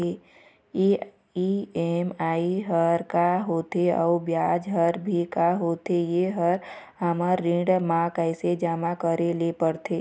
EMI हर का होथे अऊ ब्याज हर भी का होथे ये हर हमर ऋण मा कैसे जमा करे ले पड़ते?